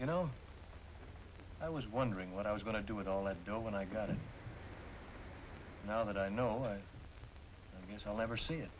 you know i was wondering what i was going to do with all that dough when i got it now that i know i mean i'll never see it